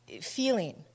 feeling